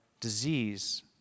disease